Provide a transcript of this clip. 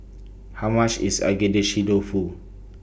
How much IS Agedashi Dofu